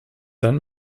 dann